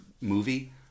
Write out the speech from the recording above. movie